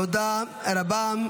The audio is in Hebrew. תודה רבה.